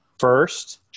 First